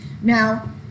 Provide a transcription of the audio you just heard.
Now